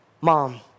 Mom